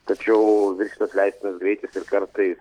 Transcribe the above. tačiau viršytas leistinas greitis ir kartai